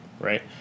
right